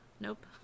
Nope